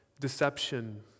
deception